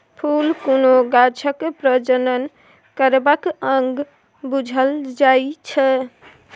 फुल कुनु गाछक प्रजनन करबाक अंग बुझल जाइ छै